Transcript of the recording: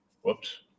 whoops